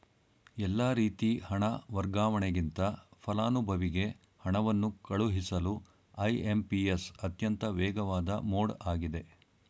ಎಲ್ಲಾ ರೀತಿ ಹಣ ವರ್ಗಾವಣೆಗಿಂತ ಫಲಾನುಭವಿಗೆ ಹಣವನ್ನು ಕಳುಹಿಸಲು ಐ.ಎಂ.ಪಿ.ಎಸ್ ಅತ್ಯಂತ ವೇಗವಾದ ಮೋಡ್ ಆಗಿದೆ